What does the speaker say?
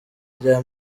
irya